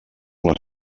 les